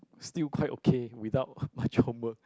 still quite okay without much homework